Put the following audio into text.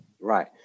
Right